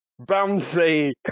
Bouncy